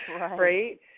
right